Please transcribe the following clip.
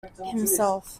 himself